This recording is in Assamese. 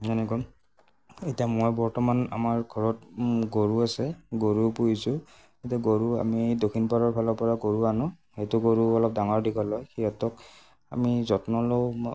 যেনেকৈ এতিয়া মই বৰ্তমান আমাৰ ঘৰত গৰু আছে গৰু পুহিছোঁ এতিয়া গৰু আমি দক্ষিণপাৰৰফালৰপৰা গৰু আনো সেইটো গৰু অলপ ডাঙৰ দীঘল হয় সিহঁতক আমি যত্ন লওঁ